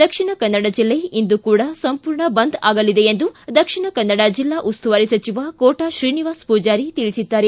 ದಕ್ಷಿಣ ಕನ್ನಡ ಜಿಲ್ಲೆ ಇಂದು ಕೂಡ ಸಂಪೂರ್ಣ ಬಂದ್ ಆಗಲಿದೆ ಎಂದು ದಕ್ಷಿಣ ಕನ್ನಡ ಜಿಲ್ಲಾ ಉಸ್ತುವಾರಿ ಸಚಿವ ಕೋಟ ತ್ರೀನಿವಾಸ ಪೂಜಾರಿ ತಿಳಿಸಿದ್ದಾರೆ